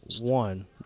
one